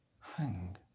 Hang